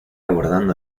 abordando